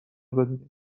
بدونین